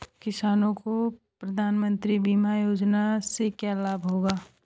किसानों को प्रधानमंत्री बीमा योजना से क्या लाभ होगा?